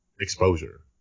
exposure